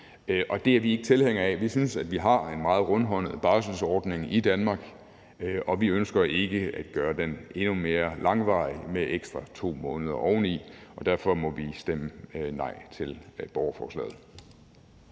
og det er vi ikke tilhængere af. Vi synes, vi har en meget rundhåndet barselsordning i Danmark, og vi ønsker ikke at gøre den endnu mere langvarig med 2 måneder ekstra oveni, og derfor må vi stemme nej til borgerforslaget.